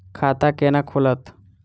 खाता केना खुलत?